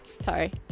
Sorry